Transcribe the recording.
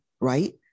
right